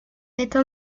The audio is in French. faites